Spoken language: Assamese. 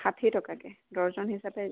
ষাঠি টকাকৈ ডৰ্জন হিচাপে